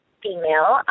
female